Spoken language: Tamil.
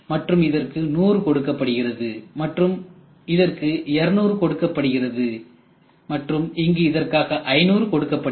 மற்றும் இதற்கு 100 கொடுக்கப்படுகிறது மற்றும் இதற்கு 200 கொடுக்கப்படுகிறது மற்றும் இங்கு இதற்காக 500 கொடுக்கப்படுகிறது